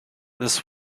this